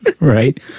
Right